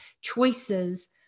choices